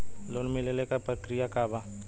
Loan मिलेला के प्रक्रिया का बा?